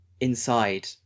inside